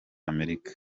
amerika